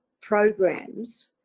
programs